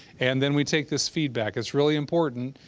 and then we take this feedback. it's really important.